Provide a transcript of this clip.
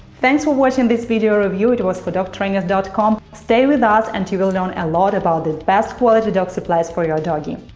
thanks for watching this video review! it was fordogtrainers dot com stay with us and you will learn a lot about the best quality dog supplies for your doggy.